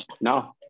No